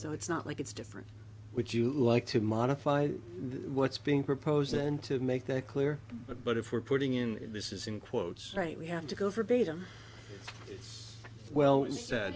so it's not like it's different would you like to modify what's being proposed then to make that clear but if we're putting in this is in quotes right we have to go forbade him well